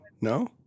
No